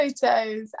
photos